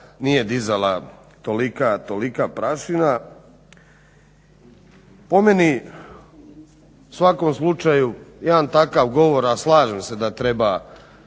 nije dizala tolika prašina. Po meni u svakom slučaju jedan takav govor, a slažem se da treba